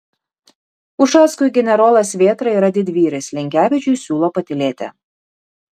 ušackui generolas vėtra yra didvyris linkevičiui siūlo patylėti